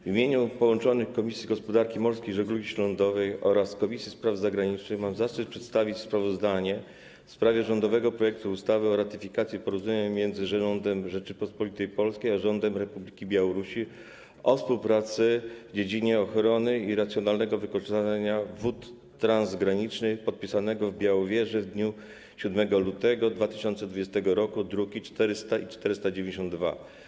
W imieniu połączonych Komisji Gospodarki Morskiej i Żeglugi Śródlądowej oraz Komisji Spraw Zagranicznych mam zaszczyt przedstawić sprawozdanie w sprawie rządowego projektu ustawy o ratyfikacji Porozumienia między Rządem Rzeczypospolitej Polskiej a Rządem Republiki Białorusi o współpracy w dziedzinie ochrony i racjonalnego wykorzystania wód transgranicznych, podpisanego w Białowieży dnia 7 lutego 2020 r., druki nr 400 i 492.